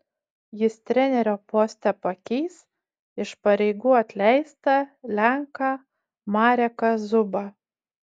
jis trenerio poste pakeis iš pareigų atleistą lenką mareką zubą